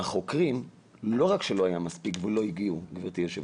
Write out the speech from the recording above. והחוקרים, לא רק שלא היו מספיק ולא הגיעו לכולם,